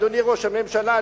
אדוני ראש הממשלה,